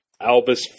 albus